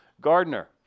Gardner